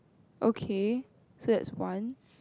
okay so that's one